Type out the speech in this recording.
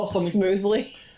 smoothly